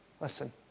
Listen